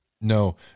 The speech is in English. No